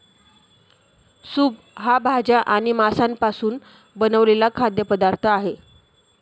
soup हा भाज्या आणि मांसापासून बनवलेला खाद्य पदार्थ आहे